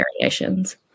variations